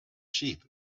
sheep